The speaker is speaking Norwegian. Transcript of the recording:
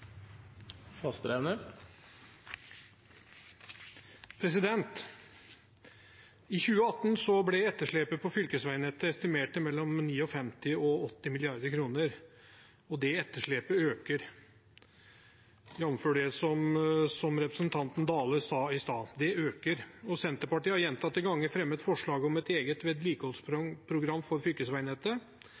æren. I 2018 ble etterslepet på fylkesvegnettet estimert til mellom 59 mrd. kr og 80 mrd. kr, og det etterslepet øker, jf. det som representanten Dale sa i stad. Det øker, og Senterpartiet har gjentatte ganger fremmet forslag om et eget vedlikeholdsprogram for